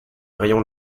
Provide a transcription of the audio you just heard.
rayon